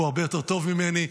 הוא הרבה יותר טוב ממני,